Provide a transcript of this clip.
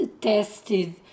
tested